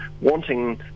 wanting